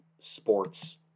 Sports